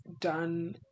done